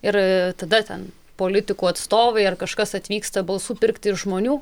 ir tada ten politikų atstovai ar kažkas atvyksta balsų pirkti ir žmonių